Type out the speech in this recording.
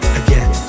again